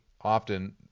often